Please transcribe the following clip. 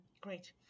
Great